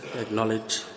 acknowledge